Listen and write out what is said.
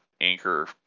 anchor